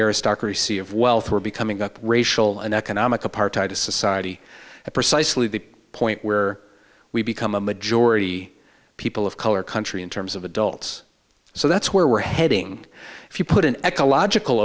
aristocracy of wealth we're becoming a racial and economic apartheid to society at precisely the point where we become a majority people of color country in terms of adults so that's where we're heading if you put an ecological